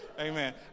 Amen